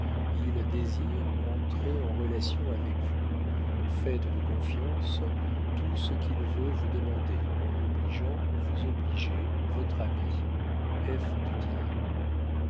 il désire entrer en relation avec vous faites de confiance tout ce qu'il veut vous demander en l'obligeant vous obligez votre ami